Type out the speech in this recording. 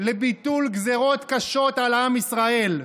לביטול גזרות קשות על עם ישראל,